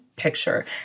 picture